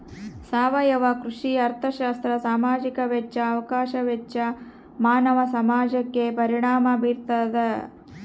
ಸಾವಯವ ಕೃಷಿ ಅರ್ಥಶಾಸ್ತ್ರ ಸಾಮಾಜಿಕ ವೆಚ್ಚ ಅವಕಾಶ ವೆಚ್ಚ ಮಾನವ ಸಮಾಜಕ್ಕೆ ಪರಿಣಾಮ ಬೀರ್ತಾದ